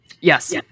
Yes